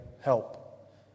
help